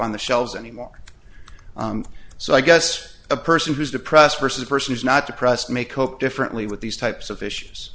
on the shelves anymore so i guess a person who is depressed versus a person is not depressed make coq differently with these types of issues